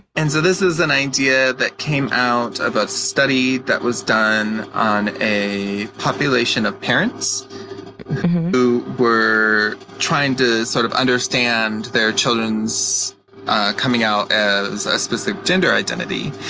and so this is an idea that came out of a study that was done on a population of parents who were trying to sort of understand their children's coming out as a specific gender identity.